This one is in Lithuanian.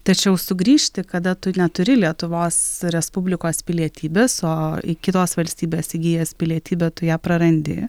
tačiau sugrįžti kada tu neturi lietuvos respublikos pilietybės o į kitos valstybės įgijęs pilietybę tu ją prarandi